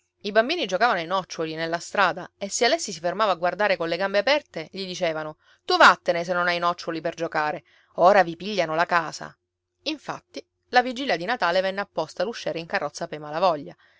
i bambini giocavano ai nocciuoli nella strada e se alessi si fermava a guardare colle gambe aperte gli dicevano tu vattene se non hai nocciuoli per giocare ora vi pigliano la casa infatti la vigilia di natale venne apposta l'usciere in carrozza pei malavoglia